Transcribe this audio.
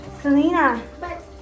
Selena